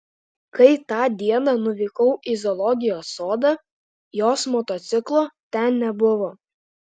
kai tą dieną nuvykau į zoologijos sodą jos motociklo ten nebuvo